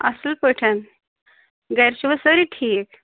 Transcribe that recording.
اَصٕل پٲٹھۍ گَرِ چھِوا سٲری ٹھیٖک